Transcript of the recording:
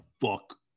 fuck